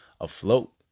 afloat